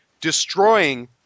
destroying